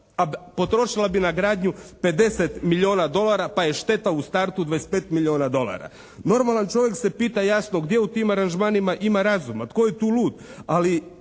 potrošila bi na gradnju 50 milijuna dolara, pa je šteta u startu 25 milijuna dolara. Normalan čovjek se pita jasno gdje u tim aranžmanima ima razuma, tko je tu lud. Ali